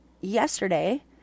yesterday